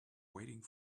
waiting